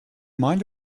mind